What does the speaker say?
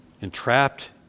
entrapped